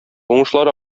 уңышлар